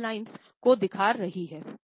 lines को दिख रही है